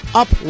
up